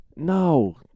No